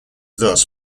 thus